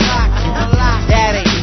Daddy